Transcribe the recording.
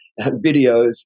videos